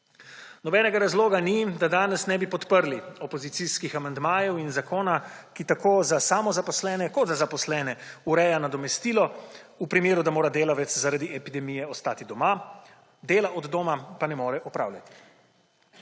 Nobenega razloga ni, da danes ne bi podprli opozicijskih amandmajev in zakona, ki tako za samozaposlene kot za zaposlene ureja nadomestilo v primeru, da mora delavec zaradi epidemije ostati doma, dela od doma pa ne more opravljati.